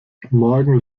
morgen